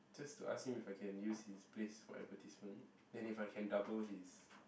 just to ask him if I can use his place for advertisement then if I can double his